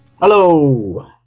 Hello